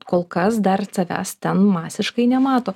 kol kas dar savęs ten masiškai nemato